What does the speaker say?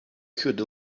could